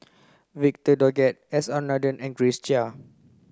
Victor Doggett S R Nathan and Grace Chia